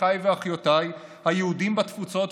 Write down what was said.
אחיי ואחיותיי היהודים בתפוצות,